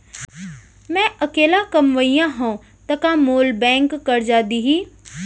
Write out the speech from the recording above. मैं अकेल्ला कमईया हव त का मोल बैंक करजा दिही?